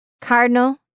Cardinal